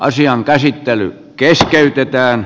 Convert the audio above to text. asian käsittely keskeytetään